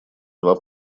два